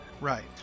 Right